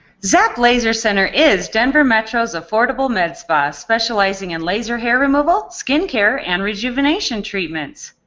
zap laser center is denver metro's affordable medspa, specializing in laser hair removal, skin care and rejuvenation treatments.